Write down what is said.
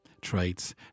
traits